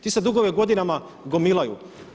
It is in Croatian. Ti se dugovi godinama gomilaju.